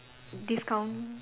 discount